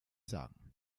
sagen